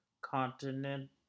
continent